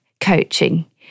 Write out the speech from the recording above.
coaching